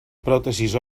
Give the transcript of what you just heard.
pròtesis